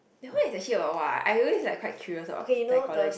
that one is actually about what ah I always like quite curious about psychology